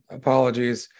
apologies